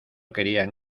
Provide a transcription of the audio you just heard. querían